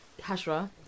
Hashra